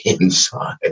inside